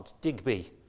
Digby